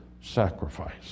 sacrifice